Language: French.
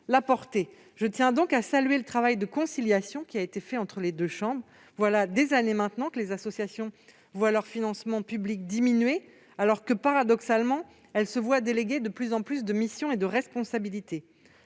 la portée. Je tiens donc à saluer le travail de conciliation qui a été fait entre les deux chambres. Voilà des années maintenant que les associations voient leurs financements publics diminuer, alors que, paradoxalement, elles se voient déléguer de plus en plus de missions et de responsabilités.